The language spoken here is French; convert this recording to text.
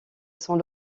sans